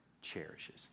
cherishes